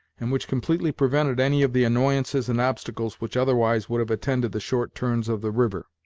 and which completely prevented any of the annoyances and obstacles which otherwise would have attended the short turns of the river.